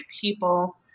people